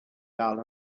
gael